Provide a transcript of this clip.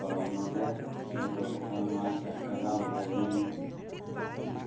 ᱱᱚᱰᱮ ᱧᱮᱞᱚᱜᱚᱜᱼᱟ ᱱᱚᱣᱟ ᱪᱟᱪᱞᱟᱣ ᱞᱟᱹᱜᱤᱫ